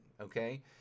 Okay